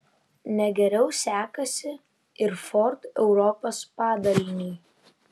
ne geriau sekasi ir ford europos padaliniui